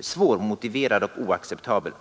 svårmotiverad och oacceptabel.